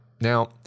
Now